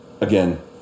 again